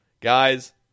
guys